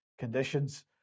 conditions